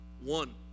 one